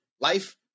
life